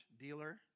dealer